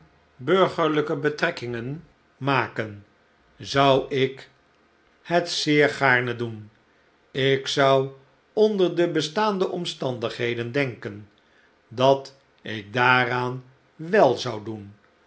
burgerlijke betrekkingen maken zou ik het zeer gaarne doen ik zou onder de bestaande omstandigheden denken dat ik daaraan wel zou doen